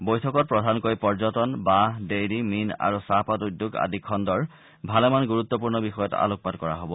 বৈঠকত প্ৰধানকৈ পৰ্যটন বাঁহ ডেইৰী মীন আৰু চাহপাত উদ্যোগ আদি খণ্ডৰ ভালেমান গুৰুত্পূৰ্ণ বিষয়ত আলোকপাত কৰা হ'ব